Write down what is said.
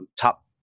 top